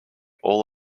all